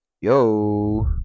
Yo